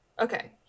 Okay